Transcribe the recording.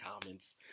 comments